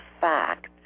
fact